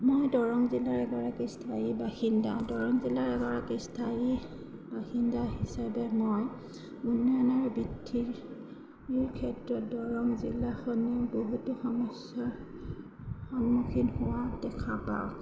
মই দৰং জিলাৰ এগৰাকী স্থায়ী বাসিন্দা দৰং জিলাৰ এগৰাকী স্থায়ী বাসিন্দা হিচাপে মই উন্নয়ন আৰু বৃদ্ধিৰ ক্ষেত্ৰত দৰং জিলাখনো বহুতো সমস্যা সন্মুখীন হোৱা দেখা পাওঁ